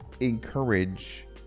encourage